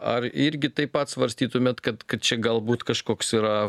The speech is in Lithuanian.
ar irgi taip pat svarstytumėt kad kad čia galbūt kažkoks yra